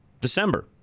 December